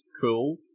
cool